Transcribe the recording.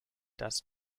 das